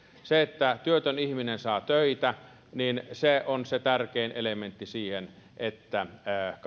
se että työtön ihminen saa töitä on se tärkein elementti siihen että